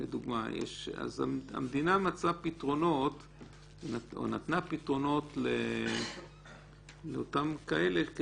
אז המדינה נתנה פתרונות לאותם כאלה,